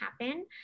happen